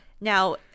Now